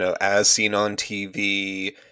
as-seen-on-TV